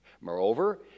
moreover